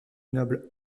noble